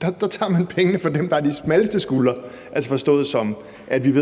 Der tager man pengene fra dem, der har de smalleste skuldre, altså forstået på den måde, at vi